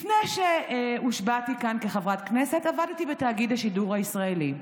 לפני שהושבעתי כאן כחברת כנסת עבדתי בתאגיד השידור הישראלי.